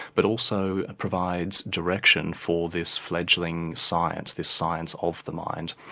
but also provides direction for this fledgling science, this science of the mind.